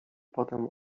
potem